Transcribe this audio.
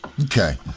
Okay